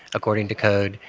according to code.